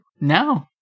No